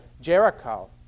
Jericho